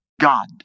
God